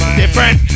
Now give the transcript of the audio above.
different